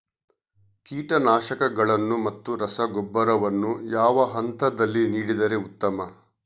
ಕೀಟನಾಶಕಗಳನ್ನು ಮತ್ತು ರಸಗೊಬ್ಬರವನ್ನು ಯಾವ ಹಂತದಲ್ಲಿ ನೀಡಿದರೆ ಉತ್ತಮ?